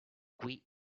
qui